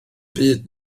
byd